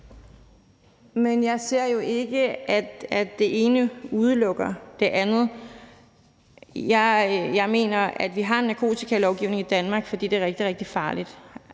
Jeg ser det jo ikke sådan, at det ene udelukker det andet. Jeg mener, at vi har en narkotikalovgivning i Danmark, fordi det er rigtig, rigtig